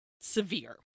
severe